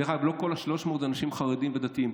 דרך אגב, לא כל ה-300 הם אנשים חרדים ודתיים.